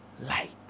light